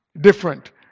different